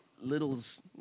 littles